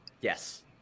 yes